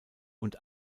und